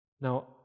Now